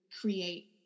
create